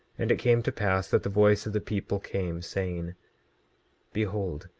and it came to pass that the voice of the people came, saying behold,